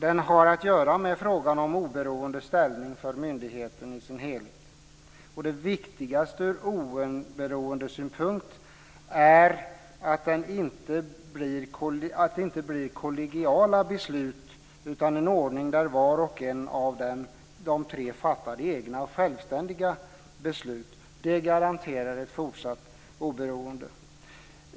Den har att göra med frågan om oberoende ställning för myndigheten i dess helhet. Det viktigaste ur oberoendesynpunkt är att det inte blir kollegiala beslut utan en ordning där var och en av de tre fattar egna självständiga beslut. Det garanterar ett fortsatt oberoende.